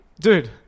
Dude